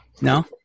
No